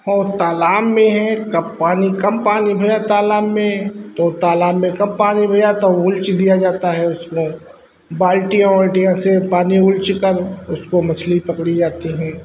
और तालाब में है जब पानी कम पानी भरा तालाब में तो तालाब में कम पानी हुआ तो उलीच दिया जाता है उसमें बाल्टी उल्टियाँ से पानी उलीचकर उसको मछली पकड़ी जाती है